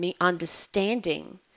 understanding